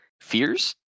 Fears